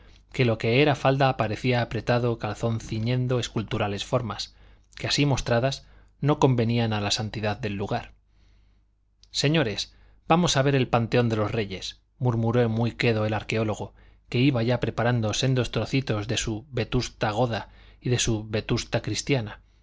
que lo que era falda parecía apretado calzón ciñendo esculturales formas que así mostradas no convenían a la santidad del lugar señores vamos a ver el panteón de los reyes murmuró muy quedo el arqueólogo que iba ya preparando sendos trocitos de su vetusta goda y de su vetusta cristiana